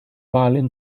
violin